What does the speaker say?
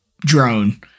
drone